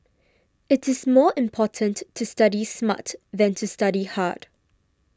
it is more important to study smart than to study hard